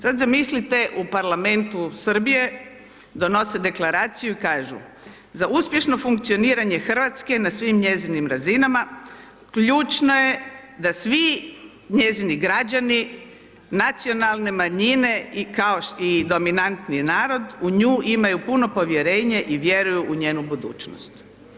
Sad zamislite u Parlamentu Srbije donose Deklaraciju i kažu, za uspješno funkcioniranje RH na svim njezinim razinama, ključno je da svi njezini građani, nacionalne manjine i dominantni narod u nju imaju puno povjerenje i vjeruju u njenu budućnost.